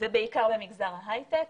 ובעיקר במגזר ההייטק.